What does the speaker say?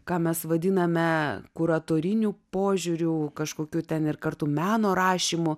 ką mes vadiname kuratoriniu požiūriu kažkokiu ten ir kartu meno rašymu